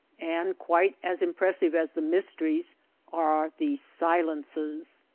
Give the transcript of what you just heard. and quite as impressive as the mysteries are the silences.